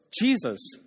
Jesus